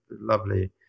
lovely